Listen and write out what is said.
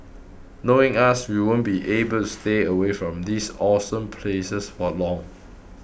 knowing us we won't be able to stay away from these awesome places for long